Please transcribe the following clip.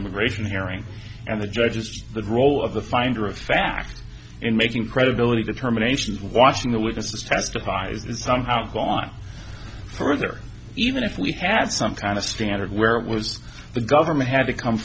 immigration hearing and the judges the role of the finder of fact in making credibility determinations watching the witnesses testifies somehow gone further even if we had some kind of standard where it was the government had to come